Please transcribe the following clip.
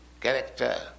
character